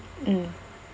mm